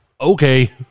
Okay